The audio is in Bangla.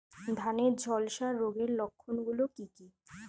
ধানের ঝলসা রোগের লক্ষণগুলি কি কি?